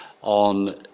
on